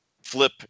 flip